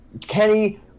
Kenny